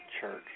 church